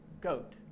goat